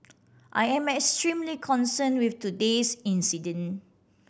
I am extremely concern with today's incident